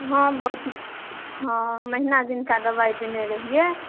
हँ बहुत हँ महिना दिनका दबाइ देने रहियै